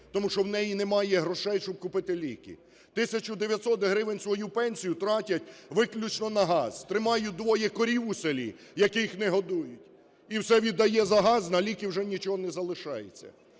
тому що в неї немає грошей, щоб купити ліки. Тисячу 900 гривень, свою пенсію, тратять виключно на газ. Тримають двоє корів у селі, яких не годують, і все віддає за газ, на ліки вже нічого не залишається.